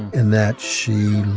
and that, she